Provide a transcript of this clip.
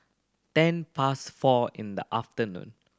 ten past four in the afternoon